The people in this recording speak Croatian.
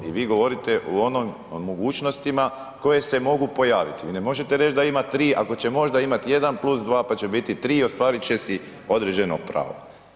I vi govorite o onim mogućnostima koje se mogu pojaviti, vi ne možete reći da ima tri, ako će možda imati 1 plus 2 pa će biti 3 i ostvarit će si određeno pravo.